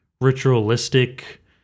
ritualistic